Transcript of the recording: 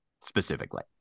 specifically